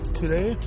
today